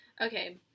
Okay